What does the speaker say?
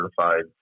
certified